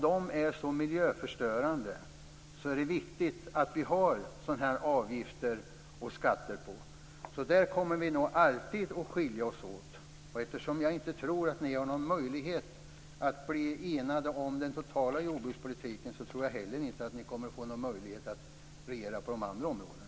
De är så miljöförstörande, och därför är det viktigt att ha avgifter och skatter på dem. Där kommer vi nog alltid att skilja oss åt. Eftersom jag inte tror att ni har någon möjlighet att enas om den totala jordbrukspolitiken tror jag heller inte att ni kommer att få någon möjlighet att regera på de andra områdena.